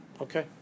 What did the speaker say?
okay